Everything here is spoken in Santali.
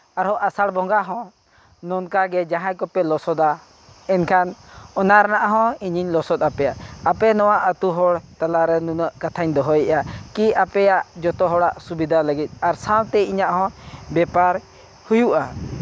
ᱟᱨ ᱦᱚᱸ ᱟᱥᱟᱲ ᱵᱚᱸᱜᱟ ᱦᱚᱸ ᱱᱚᱝᱠᱟᱜᱮ ᱡᱟᱦᱟᱸᱭ ᱠᱚᱯᱮ ᱞᱚᱥᱚᱫᱟ ᱮᱱᱠᱷᱟᱱ ᱚᱱᱟ ᱨᱮᱱᱟᱜ ᱦᱚᱸ ᱤᱧᱤᱧ ᱞᱚᱥᱚᱫ ᱟᱯᱮᱭᱟ ᱟᱯᱮ ᱱᱚᱣᱟ ᱟᱹᱛᱩ ᱦᱚᱲ ᱛᱟᱞᱟ ᱨᱮ ᱱᱩᱱᱟᱹᱜ ᱠᱟᱛᱷᱟᱹᱧ ᱫᱚᱦᱚᱭᱮᱜᱼᱟ ᱠᱤ ᱟᱯᱮᱭᱟᱜ ᱡᱚᱛᱚ ᱦᱚᱲᱟᱜ ᱥᱩᱵᱤᱫᱷᱟ ᱞᱟᱹᱜᱤᱫ ᱟᱨ ᱥᱟᱶᱛᱮ ᱤᱧᱟᱹᱜ ᱦᱚᱸ ᱵᱮᱯᱟᱨ ᱦᱩᱭᱩᱜᱼᱟ